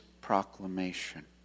proclamation